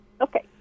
Okay